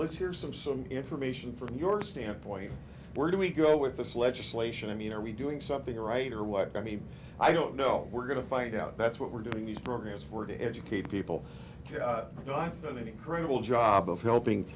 let's hear some some information from your standpoint you were do we go with this legislation i mean are we doing something right or what i mean i don't know we're going to find out that's what we're doing these programs were to educate people the ones that incredible job of helping